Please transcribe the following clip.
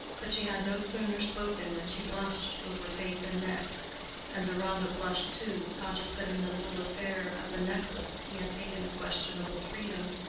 but she had no sooner spoken than she blushed over face and neck and deronda blushed, too, conscious that in the little affair of the necklace he had taken a questionable freedom.